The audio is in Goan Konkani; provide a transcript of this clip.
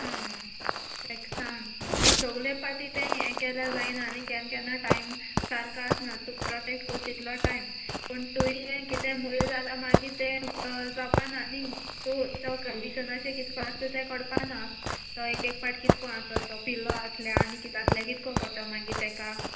आं एक सांग सोगले पाटी ते हें केल्यार जायना न्ही केन्ना केन्ना टायम सारको आसना तूं प्रोटेक्ट कोत्ता तितलो टायम पूण तुयें कितें मुणले जाला मागीर तें जावपाना न्ही तूं तो कंडिशनाचे कितको आसता ते कडपाना तो एक एक पाट कितको आसा तो पिलो आसल्या आनी कित को आसल्या कितको कोडटो मागीर ताका